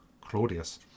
Claudius